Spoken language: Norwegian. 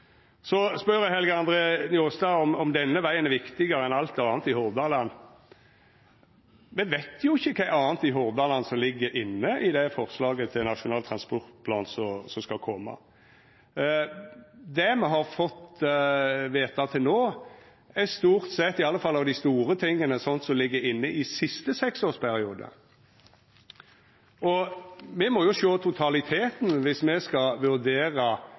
denne vegen er viktigare enn alt anna i Hordaland. Me veit jo ikkje kva anna i Hordaland som ligg inne i det forslaget til nasjonal transportplan som skal koma! Det me har fått veta til no, er stort sett – i alle fall av dei store tinga – slikt som ligg inne i siste seksårsperiode. Me må jo sjå totaliteten viss me skal vurdera